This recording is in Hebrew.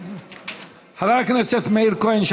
חבר הכנסת מאיר כהן,